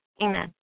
Amen